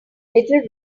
little